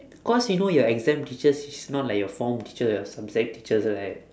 cause you know your exam teachers is not like your form teacher or subject teachers right